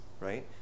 right